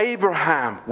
Abraham